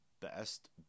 best